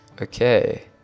Okay